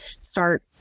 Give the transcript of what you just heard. start